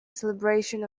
celebration